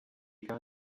gar